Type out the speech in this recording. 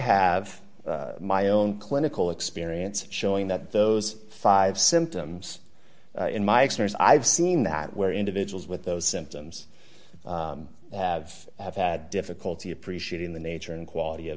have my own clinical experience showing that those five symptoms in my experience i've seen that where individuals with those symptoms have had difficulty appreciating the nature and quality of